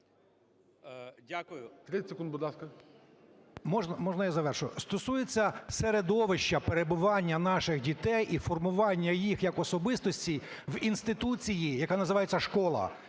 30 секунд, будь ласка. МУСІЙ О.С. Можна я завершу? Стосується середовища перебування наших дітей і формування їх як особистостей в інституції, яка називається "школа",